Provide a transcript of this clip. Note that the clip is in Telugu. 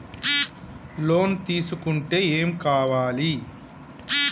లోన్ తీసుకుంటే ఏం కావాలి?